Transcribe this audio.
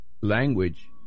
language